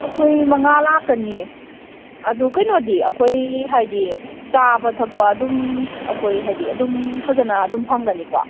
ꯑꯩꯈꯣꯏ ꯃꯉꯥ ꯂꯥꯛꯀꯅꯤꯌꯦ ꯑꯗꯨ ꯀꯩꯅꯣꯗꯤ ꯑꯩꯈꯣꯏ ꯍꯥꯏꯗꯤ ꯆꯥꯕ ꯊꯛꯄ ꯑꯗꯨꯝ ꯑꯩꯈꯣꯏ ꯍꯥꯏꯗꯤ ꯑꯗꯨꯝ ꯐꯖꯅ ꯑꯗꯨꯝ ꯐꯪꯒꯅꯤꯀꯣ